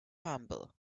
humble